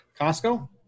Costco